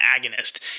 agonist